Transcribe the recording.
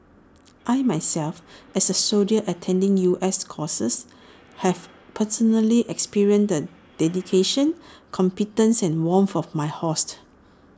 I myself as A soldier attending U S courses have personally experienced the dedication competence and warmth of my hosts